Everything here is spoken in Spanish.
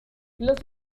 los